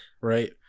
right